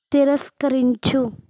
తిరస్కరించు